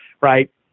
right